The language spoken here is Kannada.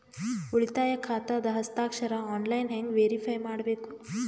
ಉಳಿತಾಯ ಖಾತಾದ ಹಸ್ತಾಕ್ಷರ ಆನ್ಲೈನ್ ಹೆಂಗ್ ವೇರಿಫೈ ಮಾಡಬೇಕು?